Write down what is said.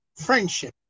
Friendship